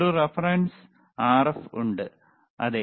ഒരു reference RF ഉണ്ട് അതെ